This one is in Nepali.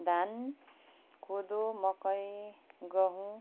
धान कोदो मकै गहुँ